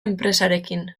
enpresarekin